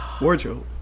wardrobe